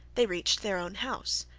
they reached their own house.